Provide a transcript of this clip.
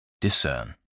Discern